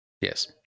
Yes